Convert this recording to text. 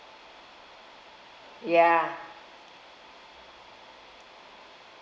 ya